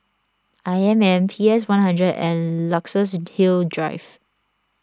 I M M P S one hundred and Luxus Hill Drive